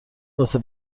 واسه